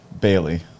bailey